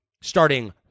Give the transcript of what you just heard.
starting